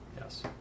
yes